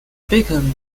beacon